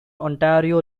ontario